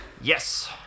Yes